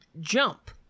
jump